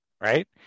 right